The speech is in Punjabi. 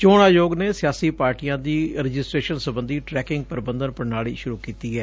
ਚੋਣ ਆਯੋਗ ਨੇ ਸਿਆਸੀ ਪਾਰਟੀਆਂ ਦੀ ਰਜਿਸਟ੍ਰੇਸ਼ਨ ਸਬੰਧੀ ਟ੍ਰੈਕਿੰਗ ਪ੍ਰਬੰਧਨ ਪ੍ਰਣਾਲੀ ਸੁਰੂ ਕੀਤੀ ਐ